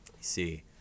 See